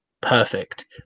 perfect